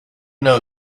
know